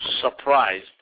surprised